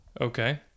Okay